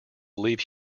leave